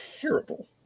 terrible